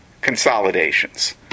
consolidations